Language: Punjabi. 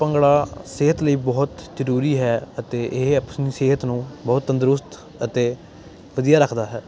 ਭੰਗੜਾ ਸਿਹਤ ਲਈ ਬਹੁਤ ਜ਼ਰੂਰੀ ਹੈ ਅਤੇ ਇਹ ਆਪਣੀ ਸਿਹਤ ਨੂੰ ਬਹੁਤ ਤੰਦਰੁਸਤ ਅਤੇ ਵਧੀਆ ਰੱਖਦਾ ਹੈ